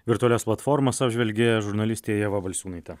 virtualias platformas apžvelgė žurnalistė ieva balsiūnaitė